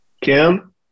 Kim